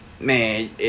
man